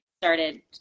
started